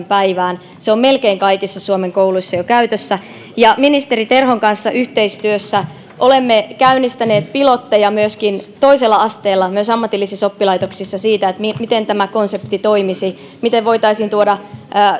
päivään se on melkein kaikissa suomen kouluissa jo käytössä ministeri terhon kanssa yhteistyössä olemme käynnistäneet pilotteja myöskin toisella asteella myös ammatillisissa oppilaitoksissa siitä miten tämä konsepti toimisi miten voitaisiin tuoda